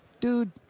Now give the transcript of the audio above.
dude